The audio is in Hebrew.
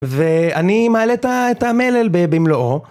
ואני מעלה את המלל במלואו